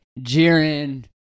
Jiren